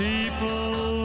People